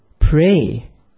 pray